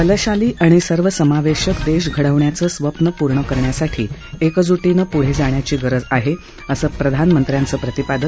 बलशाली आणि सर्वसमावेशक देश घडवण्याचं स्वप्न पूर्ण करण्यासाठी एकजुरीमं पुढं जाण्याची गरज आहे असं प्रधानमंत्र्यांचं प्रतिपादन